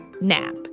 nap